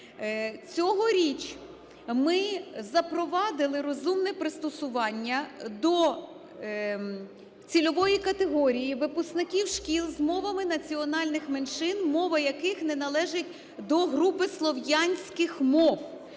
Цьогоріч ми запровадили розумне пристосування до цільової категорії випускників шкіл з мовами національних меншин, мова яких не належить до групи слов'янських мов.